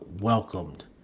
welcomed